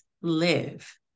live